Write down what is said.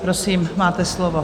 Prosím, máte slovo.